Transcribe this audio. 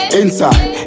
inside